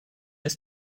ist